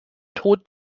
tod